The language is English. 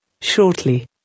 shortly